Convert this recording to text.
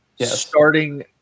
starting